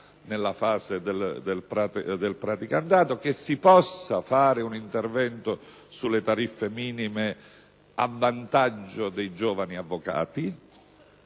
nella fase del praticantato, che si possa intervenire sulle tariffe minime a vantaggio dei giovani avvocati